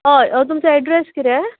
हय तुमचो एड्रॅस कितें